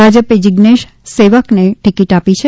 ભાજપે જીજ્ઞેશ સેવકને ટિકિટ આપી છે